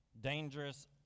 dangerous